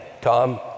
Tom